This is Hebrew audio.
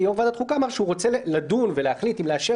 ויושב-ראש ועדת החוקה אמר שהוא רוצה לדון ולהחליט אם לאשר